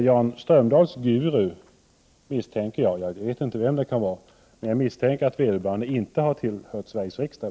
Jag vet inte vem Jan Strömdahls guru kan vara, men jag misstänker att vederbörande i varje fall inte har tillhört Sveriges riksdag.